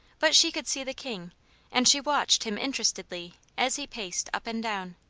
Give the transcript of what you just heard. but she could see the king and she watched him interestedly as he paced up and down.